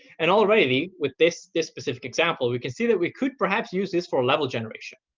and already, with this this specific example, we can see that we could perhaps use this for level generation.